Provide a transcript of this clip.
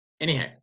anyhow